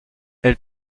elle